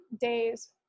days